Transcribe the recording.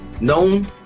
known